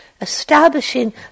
Establishing